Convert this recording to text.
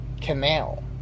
canal